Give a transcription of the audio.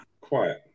Quiet